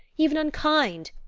even unkind.